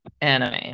anime